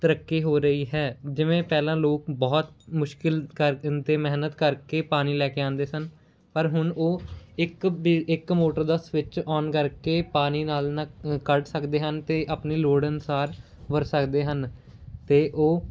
ਤਰੱਕੀ ਹੋ ਰਹੀ ਹੈ ਜਿਵੇਂ ਪਹਿਲਾਂ ਲੋਕ ਬਹੁਤ ਮੁਸ਼ਕਲ ਕਰਦੇ ਅਤੇ ਮਿਹਨਤ ਕਰਕੇ ਪਾਣੀ ਲੈ ਕੇ ਆਉਂਦੇ ਸਨ ਪਰ ਹੁਣ ਉਹ ਇੱਕ ਵੀ ਇੱਕ ਮੋਟਰ ਦਾ ਸਵਿਚ ਆਨ ਕਰਕੇ ਪਾਣੀ ਨਾਲ ਨ ਕੱਢ ਸਕਦੇ ਹਨ ਅਤੇ ਆਪਣੀ ਲੋੜ ਅਨੁਸਾਰ ਵਰਤ ਸਕਦੇ ਹਨ ਅਤੇ ਉਹ